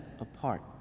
apart